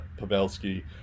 Pavelski